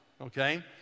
okay